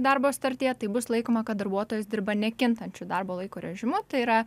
darbo sutartyje tai bus laikoma kad darbuotojas dirba nekintančiu darbo laiko režimu tai yra